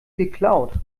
geklaut